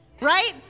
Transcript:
Right